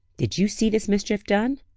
did you see this mischief done?